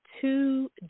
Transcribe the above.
two